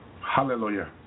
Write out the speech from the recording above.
Hallelujah